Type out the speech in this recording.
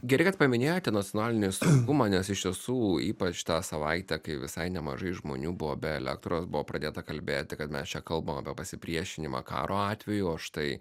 gerai kad paminėjote nacionalinį saugumą nes iš tiesų ypač tą savaitę kai visai nemažai žmonių buvo be elektros buvo pradėta kalbėti kad mes čia kalbame apie pasipriešinimą karo atveju o štai